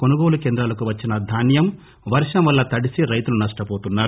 కొనుగోలు కేంద్రాలకు తెచ్చిన దాన్యం వర్షం వల్ల తడిసి రైతులు నష్టపోతున్నారు